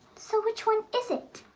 so which one is it?